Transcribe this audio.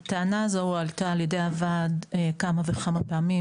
הטענה הזו הועלתה על ידי הוועד כמה וכמה פעמים.